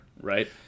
right